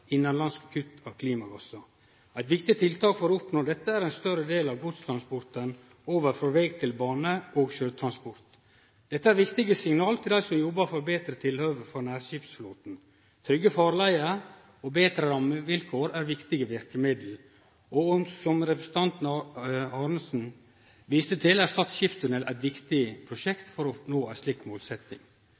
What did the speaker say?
innanlandske kutt av klimagassar. Eit viktig tiltak for å oppnå dette er å få ein større del av godstransporten over frå veg til bane og sjøtransport. Dette er viktige signal til dei som jobbar for betre tilhøve for nærskipsflåten. Trygge farleier og betre rammevilkår er viktige verkemiddel, og som representanten Arnesen viste til, er Stad skipstunnel eit viktig prosjekt for å nå ei slik